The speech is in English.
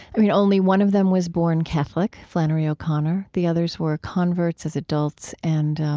i mean, only one of them was born catholic, flannery o'connor. the others were converts as adults. and